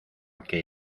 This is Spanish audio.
que